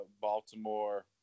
Baltimore